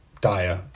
dire